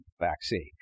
vaccine